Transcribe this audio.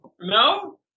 no